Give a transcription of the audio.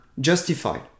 justified